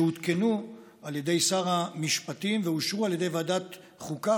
שהותקנו על ידי שר המשפטים ואושרו על ידי ועדת החוקה,